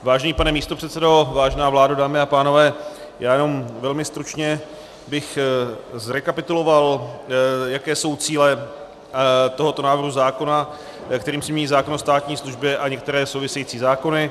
Vážený pane místopředsedo, vážená vládo, dámy a pánové, já bych jenom velmi stručně zrekapituloval, jaké jsou cíle tohoto návrhu zákona, kterým se mění zákon o státní službě a některé související zákony.